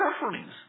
sufferings